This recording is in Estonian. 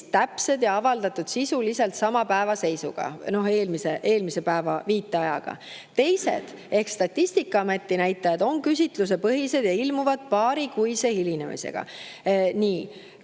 täpsed ja avaldatud sisuliselt sama päeva seisuga või õigemini eelmise päeva viiteajaga. Teised ehk Statistikaameti näitajad on küsitlusepõhised ja ilmuvad paarikuise hilinemisega. Kõik